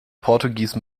portuguese